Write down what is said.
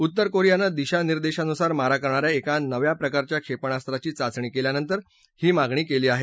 उत्तर कोरियानं दिशा निर्देशानुसार मारा करणाऱ्या एका नव्या प्रकारच्या क्षेपणास्वाची चाचणी केल्यानंतर ही मागणी केली आहे